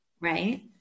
right